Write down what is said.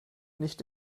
nicht